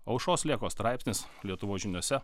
aušros lėkos straipsnis lietuvos žiniose